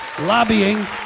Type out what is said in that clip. lobbying